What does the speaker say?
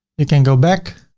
you can go back